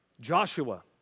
Joshua